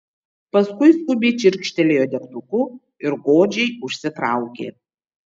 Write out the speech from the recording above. paskui skubiai čirkštelėjo degtuku ir godžiai užsitraukė